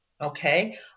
okay